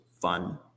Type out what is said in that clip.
fun